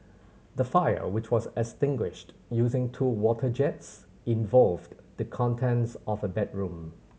the fire which was extinguished using two water jets involved the contents of a bedroom